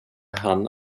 han